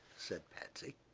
said patsy.